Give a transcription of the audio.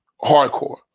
hardcore